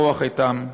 הרוח איתן.